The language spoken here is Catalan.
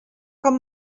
com